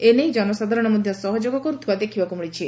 ଏ ନେଇ ଜନସାଧାରଣ ମଧ୍ଧ ସହଯୋଗ କର୍ଥିବା ଦେଖ୍ବାକୁ ମିଳିଛି